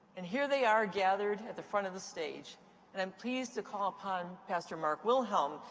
and here they are gathered at the front of the stage and i'm pleased to call upon pastor mark wilhelm,